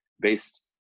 based